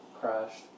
crashed